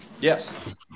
Yes